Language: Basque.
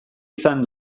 izan